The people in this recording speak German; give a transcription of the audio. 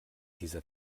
dieser